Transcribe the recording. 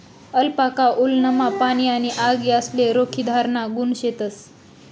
alpaca वुलनमा पाणी आणि आग यासले रोखीधराना गुण शेतस